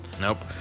Nope